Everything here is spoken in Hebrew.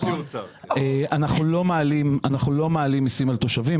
אנחנו לא מעלים מיסים לתושבים.